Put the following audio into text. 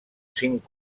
cinc